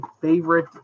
favorite